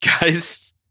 Guys